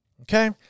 Okay